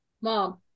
Mom